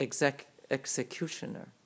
executioner